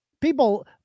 People